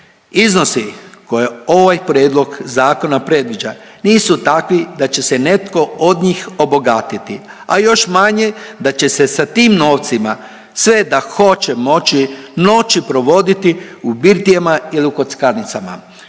Iznosi koje ovaj prijedlog zakona predviđa nisu takvi da će se netko od njih obogatiti, a još manje da će se sa tim novcima, sve da hoće moći noći provoditi u birtijama ili u kockarnicama.